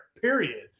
period